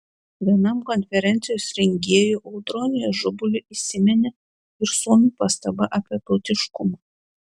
vienam konferencijos rengėjų audroniui ažubaliui įsiminė ir suomių pastaba apie tautiškumą